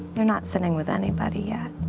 they're not sending with anybody yet.